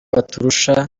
baturusha